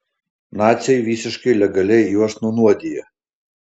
naciai visiškai legaliai juos nunuodija